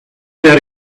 that